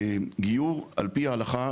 גיור על פי ההלכה,